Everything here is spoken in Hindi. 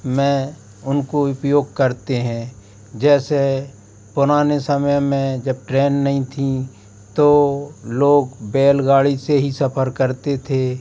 में उनको उपयोग करते हैं जैसे पुराने समय में जब ट्रेन नहीं थी तो लोग बैलगाड़ी से ही सफ़र करते थे